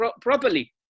properly